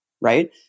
right